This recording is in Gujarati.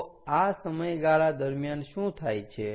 તો આ સમયગાળા દરમ્યાન શું થાય છે